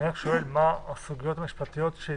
אני רק שואל: מה הסוגיות המשפטיות שהתגלו,